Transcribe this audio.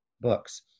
books